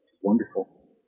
wonderful